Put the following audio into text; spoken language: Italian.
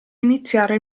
iniziare